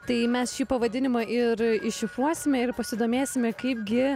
tai mes šį pavadinimą ir iššifruosime ir pasidomėsime kaipgi